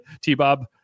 T-Bob